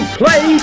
play